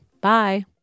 Bye